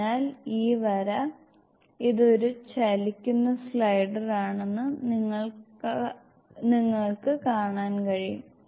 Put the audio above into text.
അതിനാൽ ഈ വര ഇത് ഒരു ചലിക്കുന്ന സ്ലൈഡർ ആണെന്ന് നിങ്ങൾക്ക് കാണാൻ കഴിയും